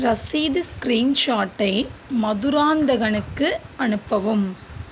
ரசீது ஸ்கிரீன்ஷாட்டை மதுராந்தகனுக்கு அனுப்பவும்